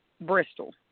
Bristol